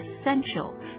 essential